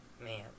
Man